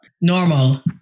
Normal